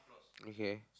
okay